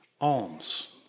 alms